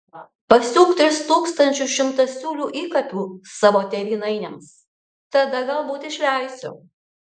pasiūk tris tūkstančius šimtasiūlių įkapių savo tėvynainiams tada galbūt išleisiu